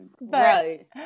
right